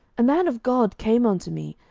a man of god came unto me,